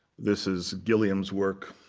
this is gilliam's work